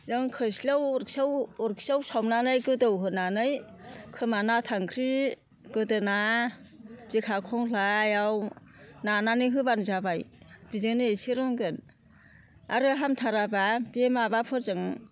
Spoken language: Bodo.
जों खोस्लियाव अरखियाव अरखियाव सावनानै गोदौहोनानै खोमा नाथांख्रि गोदोना बिखा खंख्लायाव नानानै होब्लानो जाबाय बिजोंनो इसे रुंगोन आरो हामथाराब्ला बे माबाफोरजों